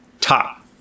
top